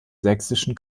sächsischen